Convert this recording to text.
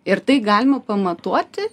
ir tai galima pamatuoti